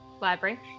library